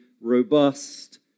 robust